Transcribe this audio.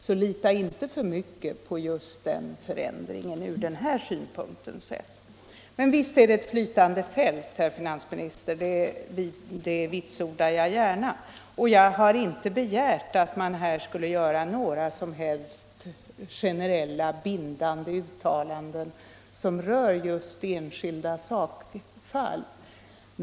Så lita inte för mycket på den ändringen ur den synpunkten sett! Jag har inte begärt att det här skulle göras några som helst generella, bindande uttalanden som rör enskilda sakfall.